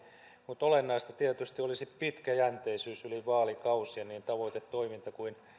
mutta olennaista tietysti olisi pitkäjänteisyys yli vaalikausien niin tavoite toiminta kuin